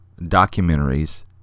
documentaries